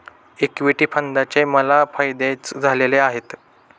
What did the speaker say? equity फंडाचे मला फायदेच झालेले आहेत